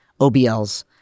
OBLs